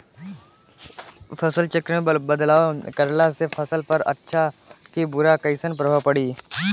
फसल चक्र मे बदलाव करला से फसल पर अच्छा की बुरा कैसन प्रभाव पड़ी?